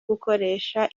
bukoresha